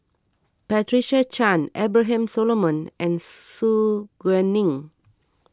Patricia Chan Abraham Solomon and Su Guaning